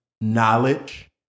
knowledge